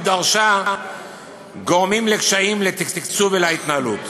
דרשה גורמים לקשיים בתקצוב ובהתנהלות.